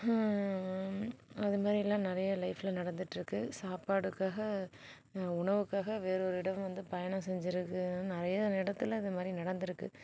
அது மாதிரியலாம் நிறைய லைஃப்பில் நடந்துட்டுருக்கு சாப்பாட்டுக்காக உணவுக்காக வேறு ஒரு இடம் வந்து பயணம் செஞ்சிருக்க நிறைய இடத்துல இது மாதிரி நடந்துருக்கு